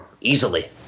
easily